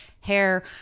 hair